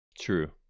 True